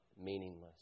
Meaningless